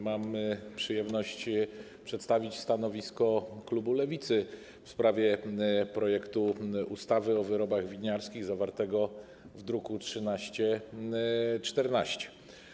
Mam przyjemność przedstawić stanowisko klubu Lewicy w sprawie projektu ustawy o wyrobach winiarskich zawartego w druku nr 1314.